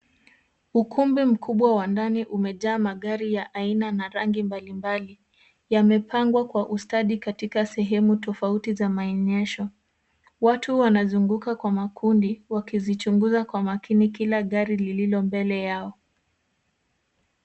Ukumbi mkubwa wa ndani umejaa magari ya aina na rangi mbalimbali. Yamepangwa kwa ustadi katika sehemu tofauti za maenyesho. Watu wanazunguka kwa makundi wakizichunguza kwa makini kila gari lililo mbele yao.